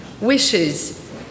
wishes